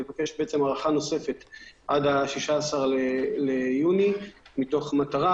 לבקש הארכה נוספת עד ה-16 ביוני 2020 מתוך מטרה